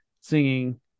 singing